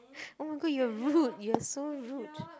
oh my god you are rude you are so rude